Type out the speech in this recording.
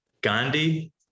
Gandhi